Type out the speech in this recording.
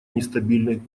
нестабильных